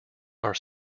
are